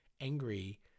angry